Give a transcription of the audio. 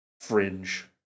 fringe